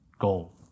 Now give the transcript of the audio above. goal